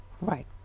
Right